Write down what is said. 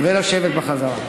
ולשבת בחזרה.